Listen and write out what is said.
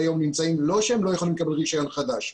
נמצאים במצב לא שהם לא יכולים לקבל רישיון חדש,